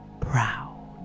Proud